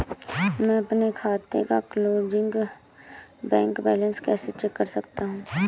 मैं अपने खाते का क्लोजिंग बैंक बैलेंस कैसे चेक कर सकता हूँ?